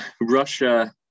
Russia